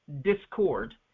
discord